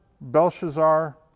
Belshazzar